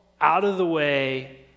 out-of-the-way